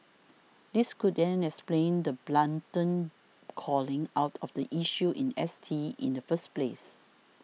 this could then explain the blatant calling out of the issue in S T in the first place